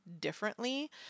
differently